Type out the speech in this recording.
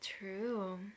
true